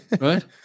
right